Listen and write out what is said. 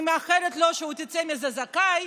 אני מאחלת לו שהוא יצא מזה זכאי.